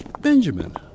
Benjamin